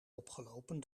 opgelopen